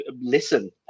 listen